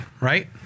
right